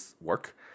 work